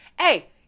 Hey